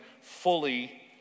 fully